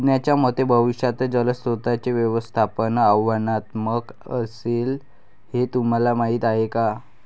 तज्ज्ञांच्या मते भविष्यात जलस्रोतांचे व्यवस्थापन आव्हानात्मक असेल, हे तुम्हाला माहीत आहे का?